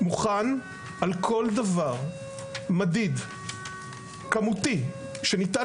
אני מוכן על כל דבר מדיד כמותי שניתן